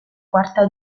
quarta